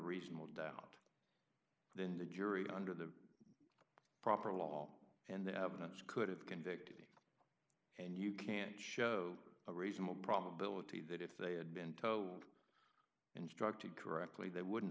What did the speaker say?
reasonable doubt then the jury under the proper law and the evidence could have convicted and you can't show a reasonable probability that if they had been told instructed correctly they wouldn't